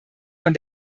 von